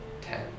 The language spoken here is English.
ten